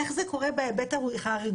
איך זה קורה בהיבט הרגולטורי?